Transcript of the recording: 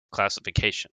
classification